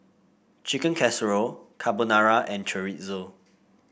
Chicken Casserole Carbonara and Chorizo